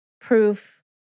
proof